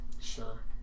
Sure